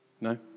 No